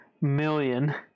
million